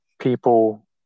people